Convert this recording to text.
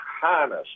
harness